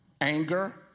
anger